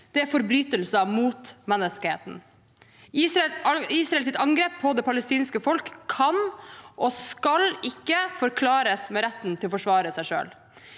nå, er forbrytelser mot menneskeheten. Israels angrep på det palestinske folk kan ikke og skal ikke forklares med retten til å forsvare seg selv.